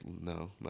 no